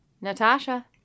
Natasha